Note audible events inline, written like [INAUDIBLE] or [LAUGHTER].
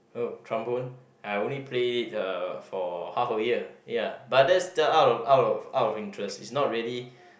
oh trombone I only play it uh for half a year ya but that's [NOISE] out of out of out of interest it's not really